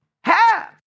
Half